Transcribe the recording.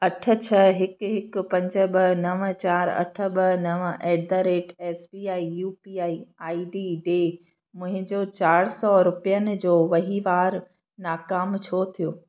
अठ छह हिकु हिकु पंज ॿ नव चार अठ ॿ नव at the rate S B I U P I I D ॾे मुंहिंजो चार सौ रुपयनि जो वहिंवारु नाकाम छो थियो